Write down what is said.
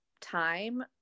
time